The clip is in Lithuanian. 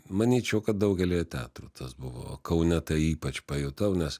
manyčiau kad daugelyje teatrų tas buvo kaune tai ypač pajutau nes